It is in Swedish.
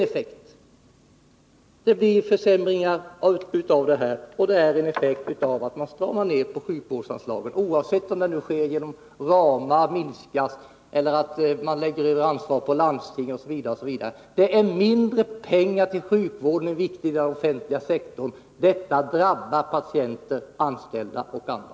Effekten av att man skär ned sjukvårdsanslagen blir alltså försämringar, oavsett om det sker genom att ramar minskas eller att man lägger över ansvaret på landstingen. Det blir mindre pengar till sjukvården, den viktiga offentliga sektorn. Detta drabbar patienter, anställda och andra.